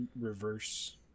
Reverse